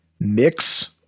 mix